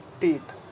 teeth